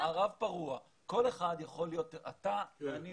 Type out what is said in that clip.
אנחנו יכולים